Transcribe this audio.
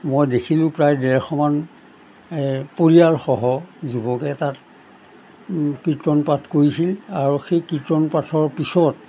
মই দেখিলোঁ প্ৰায় ডেৰশমান পৰিয়ালসহ যুৱকে তাত কীৰ্তনপাঠ কৰিছিল আৰু সেই কীৰ্তন পাঠৰ পিছত